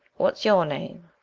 what's your name?